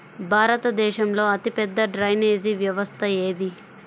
భారతదేశంలో అతిపెద్ద డ్రైనేజీ వ్యవస్థ ఏది?